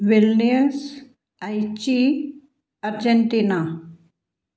Vilnius Aichi Argentina